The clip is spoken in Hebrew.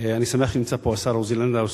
אני שמח שנמצא פה השר עוזי לנדאו,